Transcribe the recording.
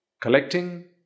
collecting